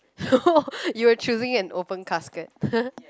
you were choosing an open casket